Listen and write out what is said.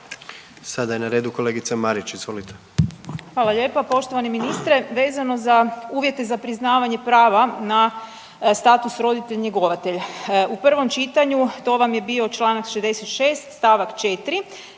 Sada je na redu kolegica Marić, izvolite. **Marić, Andreja (SDP)** Hvala lijepo. Poštovani ministre, vezano za uvjete za priznavanje prava na status roditelj, njegovatelj. U prvom čitanju to vam je bio članak 66. stavak 4.